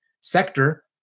sector